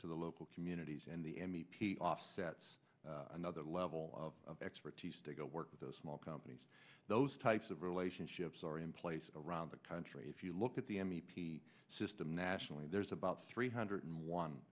to the local communities and the m e p offsets another level of expertise to go work with those small companies those types of relationships are in place around the country if you look at the m e p system nationally there's about three hundred and one